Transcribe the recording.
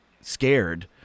scared